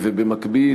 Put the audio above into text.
ובמקביל,